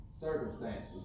circumstances